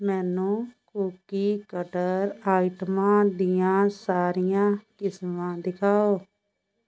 ਮੈਨੂੰ cookie cutter ਆਈਟਮਾਂ ਦੀਆਂ ਸਾਰੀਆਂ ਕਿਸਮਾਂ ਦਿਖਾਓ